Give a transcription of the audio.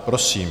Prosím.